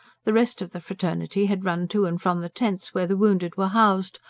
the rest of the fraternity had run to and from the tents where the wounded were housed,